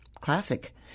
classic